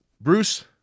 Bruce